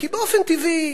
כי באופן טבעי,